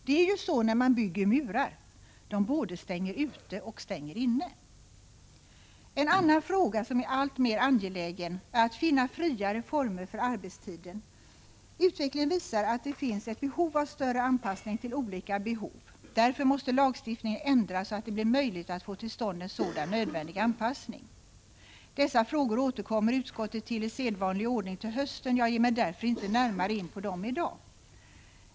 Det är ju så när man bygger murar: De både stänger ute och stänger inne. En annan fråga, som är alltmer angelägen, är att finna friare former för arbetstiden. Utvecklingen visar att det finns ett behov av större anpassning till olika behov. Därför måste lagstiftningen ändras, så att det blir möjligt att få till stånd en sådan nödvändig anpassning. Dessa frågor återkommer utskottet till i sedvanlig ordning till hösten. Jag ger mig därför inte närmare in på dem i dag.